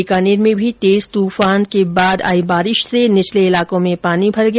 बीकानेर में भी तेज तूफान के बाद आई बारिश से निचले इलाकों में पानी भर गया